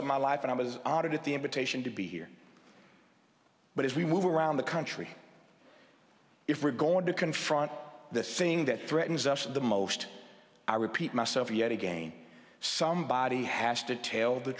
of my life and i was honored at the invitation to be here but as we move around the country if we're going to confront the thing that threatens us the most i repeat myself yet again somebody has to tale the